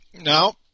Now